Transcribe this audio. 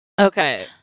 Okay